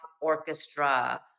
orchestra